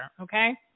Okay